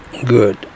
Good